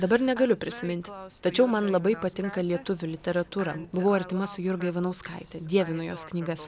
dabar negaliu prisiminti tačiau man labai patinka lietuvių literatūra buvau artima su jurga ivanauskaitė dievinu jos knygas